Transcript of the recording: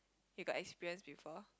you got experience before